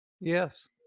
Yes